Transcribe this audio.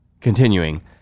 Continuing